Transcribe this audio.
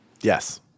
Yes